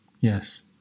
yes